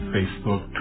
Facebook